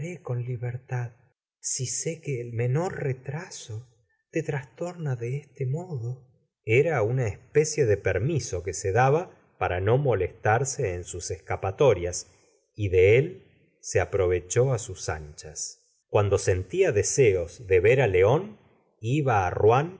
con libertad si sé que el mener retraso te trastorna de este modo era una especie de permiso que se daba para no molestarse en sus escapatorias y de él se aprovechó á sus anchas cuando sen tia deseos de ver á león iba